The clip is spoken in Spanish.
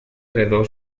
heredó